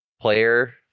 player